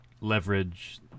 leverage